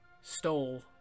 stole